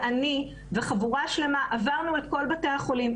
אני וחבורה שלמה עברנו על כל בתי החולים.